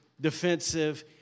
defensive